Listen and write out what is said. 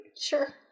Sure